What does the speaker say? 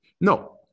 No